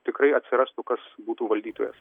tikrai atsirastų kas būtų valdytojas